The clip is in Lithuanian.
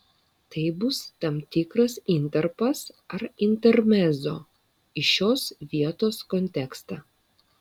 tai bus tam tikras intarpas ar intermezzo į šios vietos kontekstą